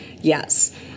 Yes